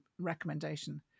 recommendation